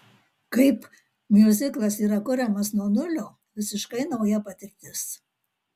kaip miuziklas yra kuriamas nuo nulio visiškai nauja patirtis